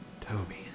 Toby